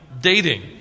dating